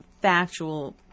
factual